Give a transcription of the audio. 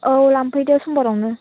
औ लांफैदो समबारावनो